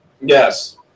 Yes